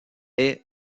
est